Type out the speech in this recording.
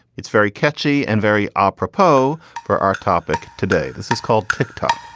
it's very catchy and very apropos for our topic today. this is called tick, tock,